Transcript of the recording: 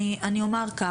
אני אומר כך,